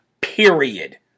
Period